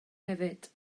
hefyd